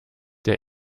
der